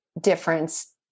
difference